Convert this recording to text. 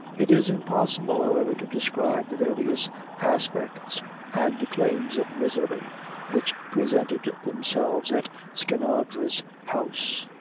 it is impossible, however, to describe the various aspects and claims of misery which presented themselves at skinadre's house.